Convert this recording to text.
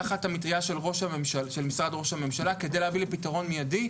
תחת המטריה של משרד ראש הממשלה כדי להביא לפתרון מידי,